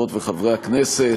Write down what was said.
חברות וחברי הכנסת,